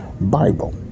Bible